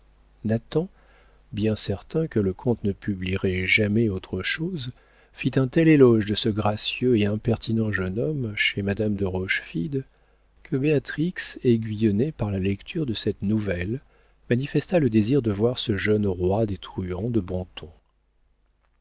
bien certain que le comte ne publierait jamais autre chose fit un tel éloge de ce gracieux et impertinent jeune homme chez madame de rochefide que béatrix aiguillonnée par la lecture de cette nouvelle manifesta le désir de voir ce jeune roi des truands de